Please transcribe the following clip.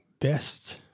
best